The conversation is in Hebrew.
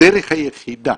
הדרך היחידה